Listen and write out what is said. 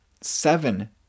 seven